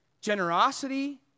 generosity